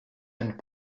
and